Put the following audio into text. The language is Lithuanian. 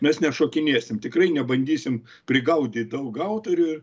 mes nešokinėsim tikrai nebandysim prigaudyt daug autorių